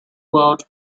world